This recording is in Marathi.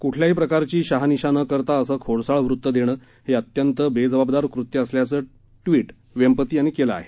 कुठल्याही प्रकारची शहानिशा न करता असं खोडसाळ वृत्त देणं हे अत्यंत बेजबाबदार कृत्य असल्याचं ट्विट वेंपती यांनी केलं आहे